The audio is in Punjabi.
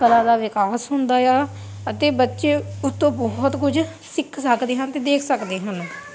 ਕਲਾ ਦਾ ਵਿਕਾਸ ਹੁੰਦਾ ਆ ਅਤੇ ਬੱਚੇ ਉਸ ਤੋਂ ਬਹੁਤ ਕੁਝ ਸਿੱਖ ਸਕਦੇ ਹਨ ਅਤੇ ਦੇਖ ਸਕਦੇ ਹਨ